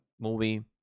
movie